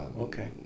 okay